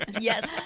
yes,